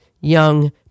young